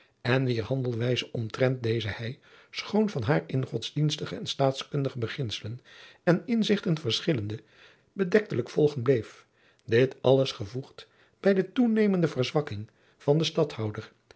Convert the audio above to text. en wier handelwijze omtrent deze hij schoon van haar in godsdienstige en staatkundige beginselen en inzichten verschillende bedektelijk volgen bleef dit alles gevoegd bij de toenemende verzwakking van den stadhouder